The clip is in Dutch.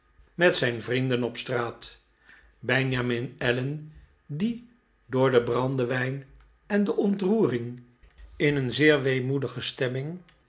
met zijn vrienden op straat benjamin allen die door den brandewijn en de ontroering in een zeer weemoedige stemming